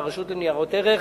והרשות לניירות ערך